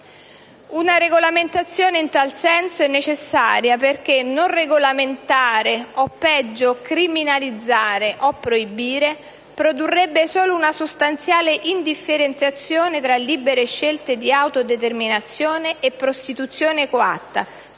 Una regolamentazione in tal senso è necessaria perché non regolamentare o, peggio, criminalizzare o proibire produrrebbe solo una sostanziale indifferenziazione tra libere scelte di autodeterminazione e prostituzione coatta,